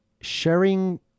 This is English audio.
Sharing